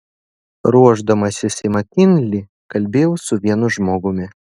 ruošdamasis į makinlį kalbėjau su vienu žmogumi